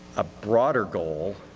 a broader goal,